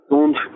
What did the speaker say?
und